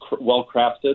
well-crafted